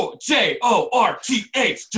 J-O-R-T-H